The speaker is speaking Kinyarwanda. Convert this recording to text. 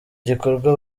gikorwa